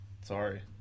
Sorry